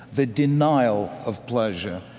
the denial of pleasure.